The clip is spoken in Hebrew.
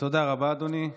תודה רבה, אדוני.